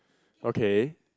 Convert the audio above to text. okay